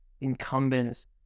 incumbents